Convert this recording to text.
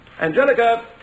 Angelica